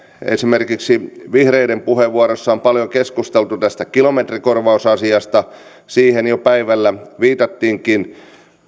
esimerkiksi vihreiden puheenvuorossa on paljon keskusteltu tästä kilometrikorvausasiasta siihen jo päivällä viitattiinkin